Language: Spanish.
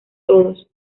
todos